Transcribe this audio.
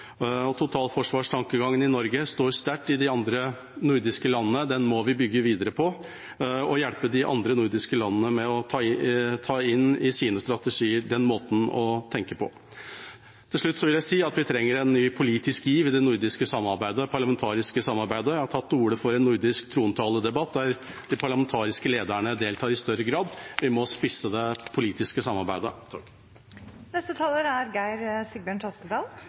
i Norge står sterkt i de andre nordiske landene. Den må vi bygge videre på, og hjelpe de andre nordiske landene å ta inn i sine strategier den måten å tenke på. Til slutt vil jeg si at vi trenger en ny politisk giv i det nordiske parlamentariske samarbeidet. Jeg har tatt til orde for en nordisk trontaledebatt, der de parlamentariske lederne deltar i større grad. Vi må spisse det politiske samarbeidet.